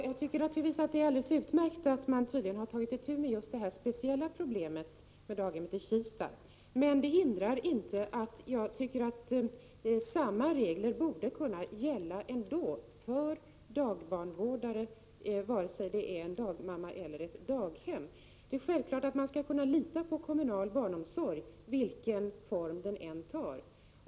Herr talman! Jag tycker att det är alldeles utmärkt att man tydligen tagit itu med detta speciella problem när det gäller daghemmet i Kista. Men det hindrar inte att jag tycker att samma regler borde kunna gälla ändå för dagbarnvårdare, vare sig det är fråga om en dagmamma eller ett daghem. Det är självklart att man skall kunna lita på kommunal barnomsorg, vilken form den än har.